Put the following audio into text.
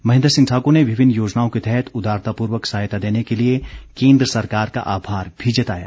महेंद्र सिंह ठाकूर ने विभिन्न योजनाओं के तहत उदारतापूर्वक सहायता देने के लिए केंद्र सरकार का आभार भी जताया